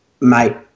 mate